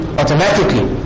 automatically